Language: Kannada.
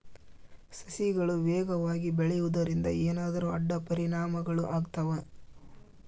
ಸಸಿಗಳು ವೇಗವಾಗಿ ಬೆಳೆಯುವದರಿಂದ ಏನಾದರೂ ಅಡ್ಡ ಪರಿಣಾಮಗಳು ಆಗ್ತವಾ?